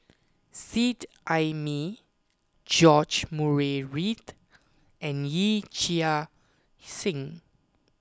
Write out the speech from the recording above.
Seet Ai Mee George Murray Reith and Yee Chia Hsing